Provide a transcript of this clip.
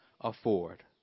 afford